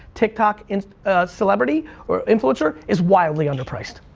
tiktok and ah celebrity or influencer, is wildly under priced.